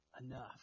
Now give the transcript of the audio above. enough